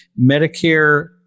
Medicare